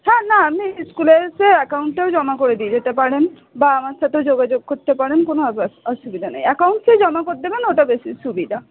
হ্যাঁ না আপনি স্কুলে এসে অ্যাকাউন্টেও জমা করে দিয়ে যেতে পারেন বা আমার সাথেও যোগাযোগ করতে পারেন কোনো অসুবিধা নেই অ্যাকাউন্টসে জমা করে দেবেন ওটা বেশি সুবিধা